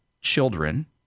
children